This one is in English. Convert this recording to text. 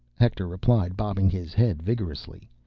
hector replied, bobbing his head vigorously.